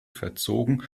verzogen